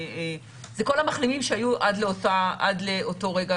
זה כל המחלימים שהיו עד לאותו רגע.